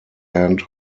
end